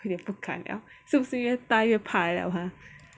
不敢 liao 是不是越打越怕 ah